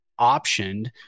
optioned